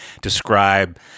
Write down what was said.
describe